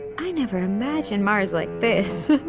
i never imagined mars like this.